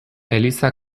eliza